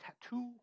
tattoo